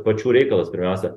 pačių reikalas pirmiausia